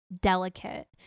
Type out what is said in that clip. delicate